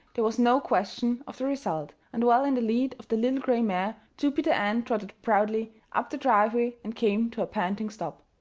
there was no question of the result, and well in the lead of the little gray mare jupiter ann trotted proudly up the driveway and came to a panting stop.